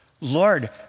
Lord